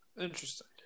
Interesting